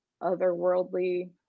otherworldly